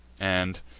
and,